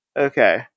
Okay